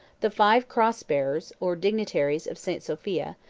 the five cross-bearers, or dignitaries, of st. sophia,